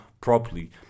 properly